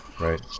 Right